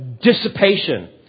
dissipation